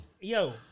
Yo